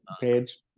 page